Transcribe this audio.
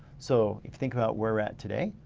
so you think about we're at today.